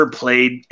played